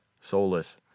Soulless